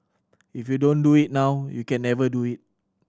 if you don't do it now you can never do it